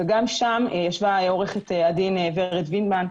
וגם אז ישבה עו"ד ורד וידמן,